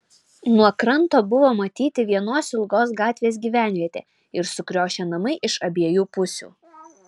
nuo kranto buvo matyti vienos ilgos gatvės gyvenvietė ir sukriošę namai iš abiejų pusių